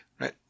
right